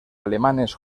alemanes